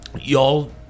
Y'all